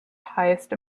highest